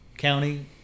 County